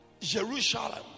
Jerusalem